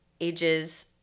ages